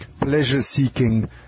pleasure-seeking